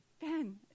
Ben